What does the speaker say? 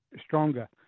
stronger